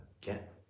get